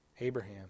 Abraham